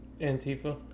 Antifa